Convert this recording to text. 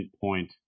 point